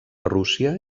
rússia